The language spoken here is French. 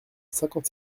cinquante